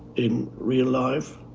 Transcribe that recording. in real life,